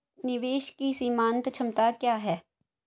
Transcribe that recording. निवेश की सीमांत क्षमता क्या है?